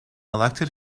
elected